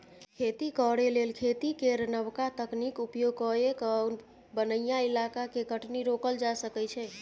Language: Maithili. खेती करे लेल खेती केर नबका तकनीक उपयोग कए कय बनैया इलाका के कटनी रोकल जा सकइ छै